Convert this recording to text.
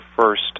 first